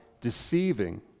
deceiving